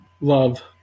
Love